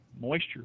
moisture